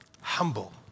humble